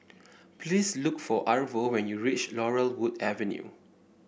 please look for Arvo when you reach Laurel Wood Avenue